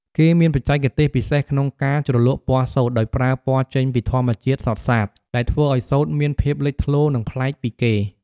គេមានបច្ចេកទេសពិសេសក្នុងការជ្រលក់ពណ៌សូត្រ ដោយប្រើពណ៌ចេញពីធម្មជាតិសុទ្ធសាធ ដែលធ្វើឱ្យសូត្រមានភាពលេចធ្លោ និងប្លែកពីគេ។